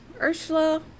Ursula